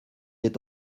est